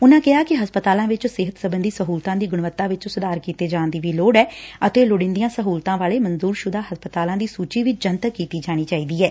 ਉਨੁਾਂ ਕਿਹਾ ਕਿ ਹਸਪਤਾਲਾਂ ਵਿਚ ਸਿਹਤ ਸਬੰਧੀ ਸਹੂਲਤਾਂ ਦੀ ਗੁਣੱਵਤਾ ਵਿਚ ਸੁਧਾਰ ਕੀਤੇ ਜਾਣ ਦੀ ਵੀ ਲੋੜ ਐ ਅਤੇ ਲੋੜੀਦੀਆਂ ਸਹੁਲਤਾਂ ਵਾਲੇ ਮਨਜੁਰਸੁਦਾ ਹਸਪਤਾਲਾਂ ਦੀ ਸੁਚੀ ਵੀ ਜਨਤਕ ਕੀਤੀ ਜਾਣੀ ਚਾਹੀਦੀ ਐ